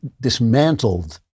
dismantled